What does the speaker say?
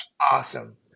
awesome